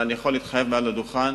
אבל אני יכול להתחייב מעל הדוכן,